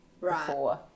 Right